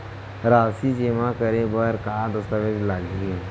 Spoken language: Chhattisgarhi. राशि जेमा करे बर का दस्तावेज लागही?